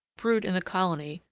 brewed in the colony,